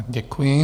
Děkuji.